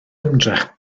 ymdrech